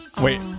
wait